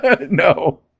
no